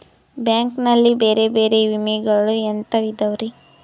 Bank ನಲ್ಲಿ ಬೇರೆ ಬೇರೆ ವಿಮೆಗಳು ಎಂತವ್ ಇದವ್ರಿ?